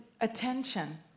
attention